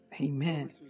Amen